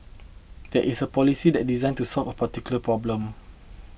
this is a policy that's designed to solve a political problem